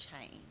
change